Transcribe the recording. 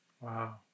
Wow